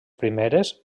primeres